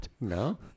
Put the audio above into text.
No